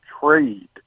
trade